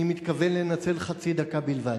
אני מתכוון לנצל חצי דקה בלבד.